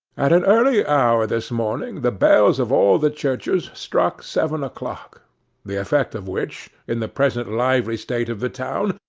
at an early hour this morning the bells of all the churches struck seven o'clock the effect of which, in the present lively state of the town,